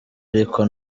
ariko